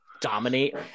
dominate